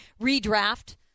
redraft